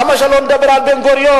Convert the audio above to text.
למה שלא נדבר על בן-גוריון?